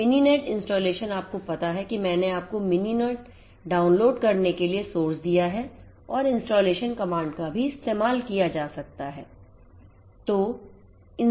तो Mininet installation आपको पता है कि मैंने आपको मिनिनेट डाउनलोड करने के लिए सोर्स दिया है और इंस्टॉलेशन कमांड का भी इस्तेमाल किया जा सकता है